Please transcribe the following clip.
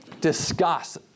discuss